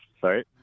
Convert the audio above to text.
Sorry